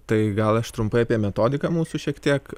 tai gal aš trumpai apie metodiką mūsų šiek tiek